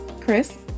Chris